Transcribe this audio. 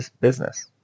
business